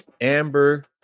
amber